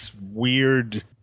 weird